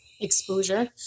exposure